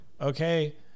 Okay